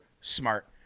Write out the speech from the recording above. smart